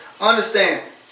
Understand